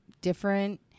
different